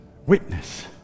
Witness